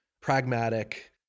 pragmatic